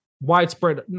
widespread